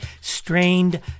strained